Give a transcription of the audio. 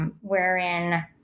Wherein